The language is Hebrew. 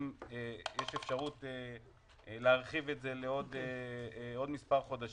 צריך לשקול אם יש אפשרות להרחיב את זה לעוד מספר חודשים.